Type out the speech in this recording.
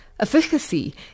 Efficacy